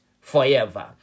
forever